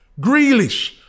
Grealish